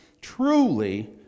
truly